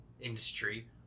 industry